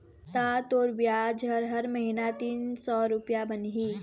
ता तोर बियाज ह हर महिना तीन सौ रुपया बनही